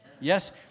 Yes